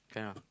can ah